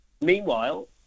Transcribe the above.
Meanwhile